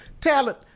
talent